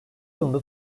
yılında